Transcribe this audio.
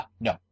no